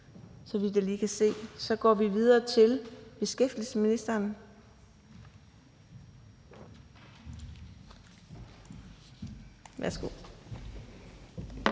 Så går vi over til beskæftigelsesministeren